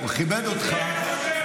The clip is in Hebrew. בסדר,